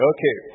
Okay